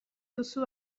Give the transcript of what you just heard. duzu